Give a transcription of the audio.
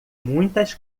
muitas